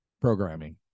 programming